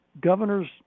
governor's